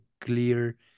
clear